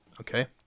Okay